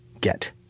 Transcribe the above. get